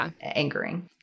angering